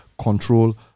control